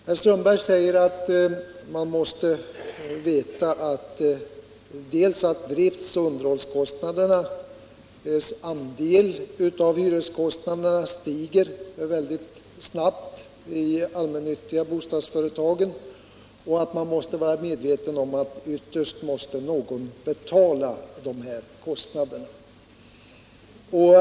Herr Strömberg säger att man måste vara medveten om dels att driftoch underhållskostnadernas andel av hyreskostnaderna stiger snabbt i all männyttiga bostadsföretag, dels att någon ytterst måste betala dessa kostnader.